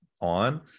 on